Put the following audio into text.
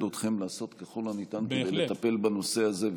אתכם לעשות ככל הניתן כדי לטפל בנושא הזה,